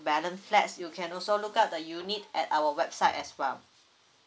balance flats you can also look out the unit at our website as well